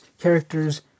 characters